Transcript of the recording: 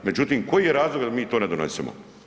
Međutim, koji je razlog da mi to ne donesemo?